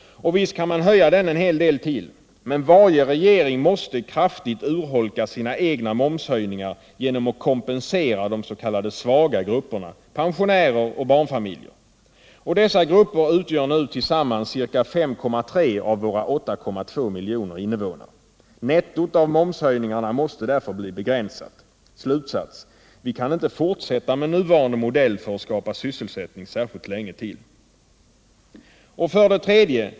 Och visst kan man höja den en hel del till. Men varje regering måste kraftigt urholka sina egna momshöjningar genom att ”kompensera” de s.k. svaga grupperna: pensionärer och barnfamiljer. Och dessa grupper utgör nu tillsammans ca 5,3 av våra 8,2 miljoner invånare. Nettot av momshöjningarna måste därför bli begränsat. Slutsats: Vi kan inte fortsätta med nuvarande modell för att skapa sysselsättning särskilt länge till. 3.